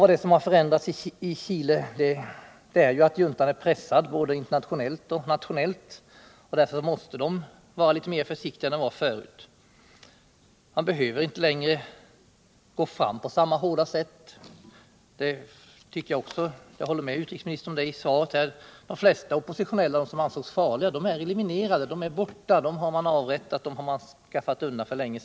Det som har ändrats i Chile är ju att juntan nu är pressad, både internationellt och nationellt, och därför måste den vara litet mer försiktig än den varit tidigare. Juntan behöver inte längre gå fram på samma hårda sätt — jag håller med utrikesministern om det hon i det avseendet sade i svaret — eftersom de flesta oppositionella, de som ansågs farliga, är eliminerade. Dem har man avrättat, de är för länge sedan undanskaffade.